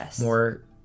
more